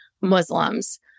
muslims